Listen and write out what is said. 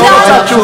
תודה רבה.